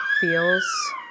feels